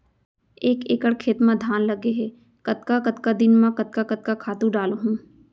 एक एकड़ खेत म धान लगे हे कतका कतका दिन म कतका कतका खातू डालहुँ?